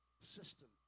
System